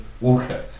Walker